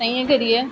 ताहियैं करियै